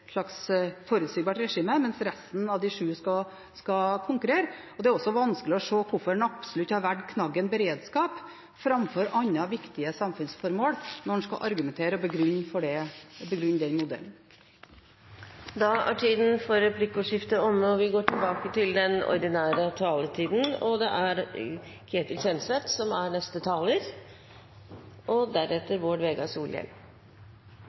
slags forutsigbart regime, mens resten av de ti skal konkurrere. Det er også vanskelig å se hvorfor en absolutt har valgt knaggen «beredskap» framfor andre viktige samfunnsformål når en skal argumentere og begrunne den modellen. Replikkordskiftet er omme. Jo mer ideologien preger et politisk saksfelt, desto viktigere er det med et godt kunnskapsgrunnlag. Det er mye ideologi, for ikke å si mye politikk, i spillpolitikken. For en sosialliberaler er